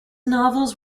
novels